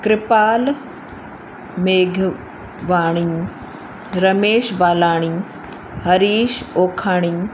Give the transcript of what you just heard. कृपाल मेघवाणी रमेश बालाणी हरीश ओखाणी